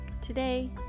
Today